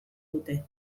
dute